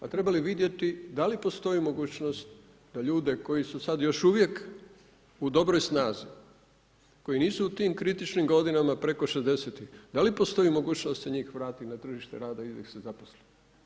A treba vidjeti da li postoji mogućnost da ljude koji su sad još uvijek u dobroj snazi koji nisu u tim kritičnim godinama preko 60 da li postoji mogućnost i njih vratiti na tržište rada i da ih se zaposli.